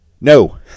no